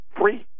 free